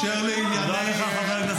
לא נתת תשובה לתושבי המרכז.